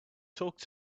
talk